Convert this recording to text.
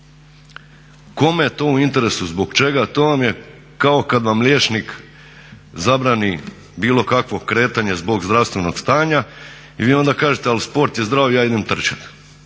Kome je to u interesu, zbog čega? To vam je kao kad vam liječnik zabrani bilo kakvo kretanje zbog zdravstvenog stanja i vi onda kažete ali sport je zdrav, ja idem trčati.